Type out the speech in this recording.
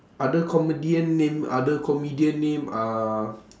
other comedian name other comedian name uh